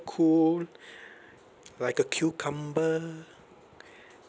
cool like a cucumber